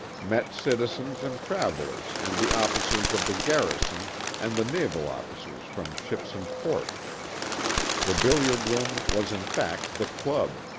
met citizens and travelers and the officers of the garrison and the naval officers from ships in port the bil liard room was in fact the club,